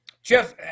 Jeff